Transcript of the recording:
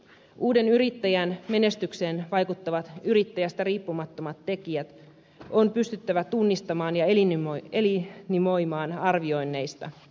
uuden yrittäjän menestykseen vaikuttavat yrittäjästä riippumattomat tekijät on pystyttävä tunnistamaan ja eliminoimaan arvioinneista